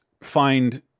find